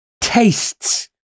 tastes